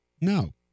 No